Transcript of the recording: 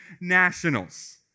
Nationals